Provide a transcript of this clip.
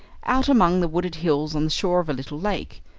out among the wooded hills on the shore of a little lake.